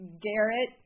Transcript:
Garrett